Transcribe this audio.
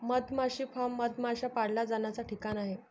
मधमाशी फार्म मधमाश्या पाळल्या जाण्याचा ठिकाण आहे